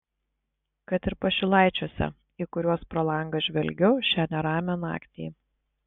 kad ir pašilaičiuose į kuriuos pro langą žvelgiu šią neramią naktį